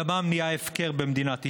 דמם יהיה הפקר במדינת ישראל.